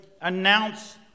announce